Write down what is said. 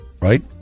Right